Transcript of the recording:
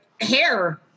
hair